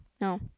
No